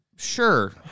Sure